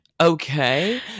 okay